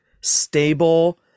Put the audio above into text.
stable